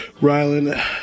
Rylan